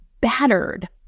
battered